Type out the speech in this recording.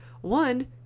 One